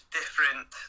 different